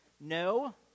no